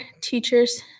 teachers